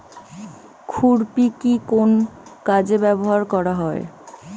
খুরপি কি কোন কাজে ব্যবহার করা হয়?